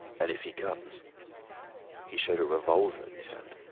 and if he comes he showed a revolver in his hand.